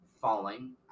falling